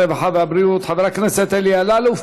הרווחה והבריאות חבר הכנסת אלי אלאלוף.